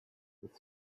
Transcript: the